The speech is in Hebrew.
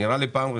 נראה לי שזאת